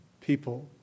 people